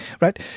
right